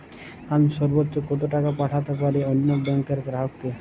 আমি সর্বোচ্চ কতো টাকা পাঠাতে পারি অন্য ব্যাংকের গ্রাহক কে?